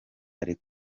ari